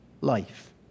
life